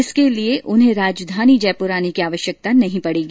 इसके ॅलिए उन्हें राजधानी जयपुर आने की आवश्यकता नहीं पडेगी